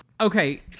okay